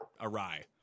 awry